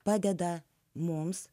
padeda mums